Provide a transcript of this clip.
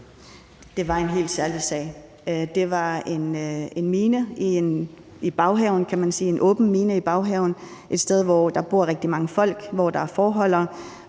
Det var en helt særlig sag. Det var en mine i baghaven, kan man sige, en åben mine i baghaven, et sted, hvor der bor rigtig mange folk, og hvor der er fåreholdere.